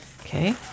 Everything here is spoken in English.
okay